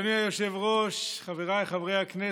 אדוני היושב-ראש, חבריי חברי הכנסת,